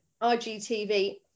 IGTV